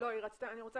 רוצה